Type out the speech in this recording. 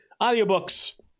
Audiobooks